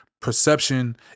perception